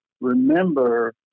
remember